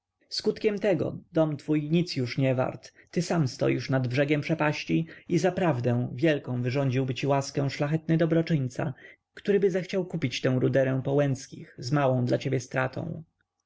skutkiem tego dom twój już nic nie wart ty sam stoisz nad brzegiem przepaści i zaprawdę wielką wyrządziłby ci łaskę szlachetny dobroczyńca któryby zechciał kupić tę ruderę po łęckich z małą dla ciebie stratą